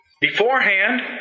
Beforehand